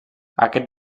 aquest